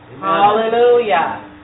Hallelujah